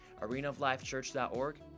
arenaoflifechurch.org